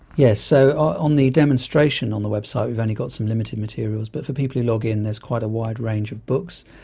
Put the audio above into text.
yes. so on the demonstration on the website we've only got some limited materials, but for people who log in there's quite a wide range of books.